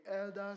elders